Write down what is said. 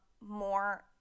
more